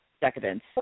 decadence